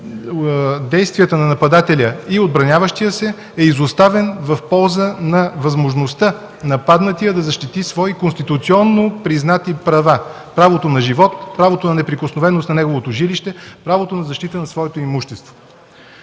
действията на нападателя и отбраняващия се е изоставен в полза на възможността нападнатият да защити свои конституционно признати права: правото на живот, правото на неприкосновеност на неговото жилище, правото на защита на своето имущество.